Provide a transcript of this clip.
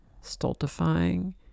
stultifying